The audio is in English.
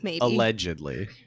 Allegedly